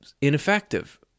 ineffective